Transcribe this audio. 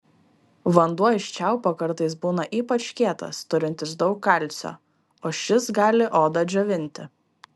vanduo iš čiaupo kartais būna ypač kietas turintis daug kalcio o šis gali odą džiovinti